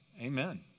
Amen